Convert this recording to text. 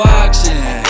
auction